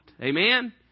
Amen